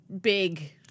big